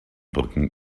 brücken